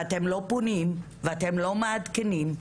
אתם לא פונים ואתם לא מעדכנים,